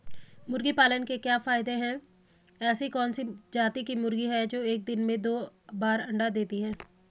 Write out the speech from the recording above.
मुर्गी पालन के क्या क्या फायदे हैं ऐसी कौन सी जाती की मुर्गी है जो एक दिन में दो बार अंडा देती है?